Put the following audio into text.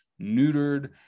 neutered